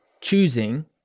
choosing